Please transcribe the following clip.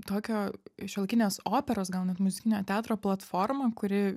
tokio šiuolaikinės operos gal net muzikinio teatro platforma kuri